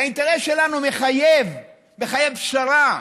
והאינטרס שלנו מחייב פשרה.